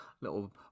little